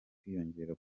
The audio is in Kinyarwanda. kwiyongera